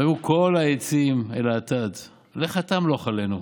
ויאמרו כל העצים אל האטד לך אתה מלך עלינו.